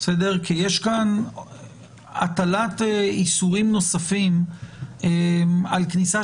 כי יש כאן הטלת איסורים נוספים על כניסה